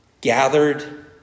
Gathered